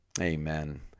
amen